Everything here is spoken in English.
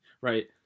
right